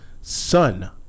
son